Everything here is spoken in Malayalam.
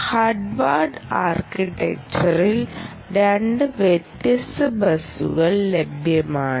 ഹാർവാർഡ് ആർക്കിടെക്ചറിൽ രണ്ട് വ്യത്യസ്ത ബസുകൾ ലഭ്യമാണ്